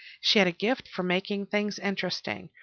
she had a gift for making things interesting.